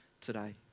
today